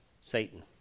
Satan